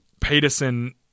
Peterson